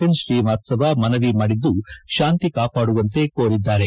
N Srivastava ಮನವಿ ಮಾಡಿದ್ದು ಶಾಂತಿ ಕಾಪಾಡುವಂತೆ ಕೋರಿದ್ದಾರೆ